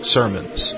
Sermons